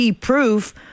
proof